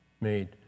made